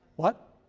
what?